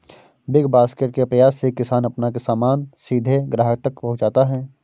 big Basket के प्रयास से किसान अपना सामान सीधे ग्राहक तक पहुंचाता है